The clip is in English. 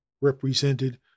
represented